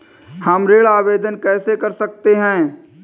हम ऋण आवेदन कैसे कर सकते हैं?